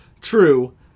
True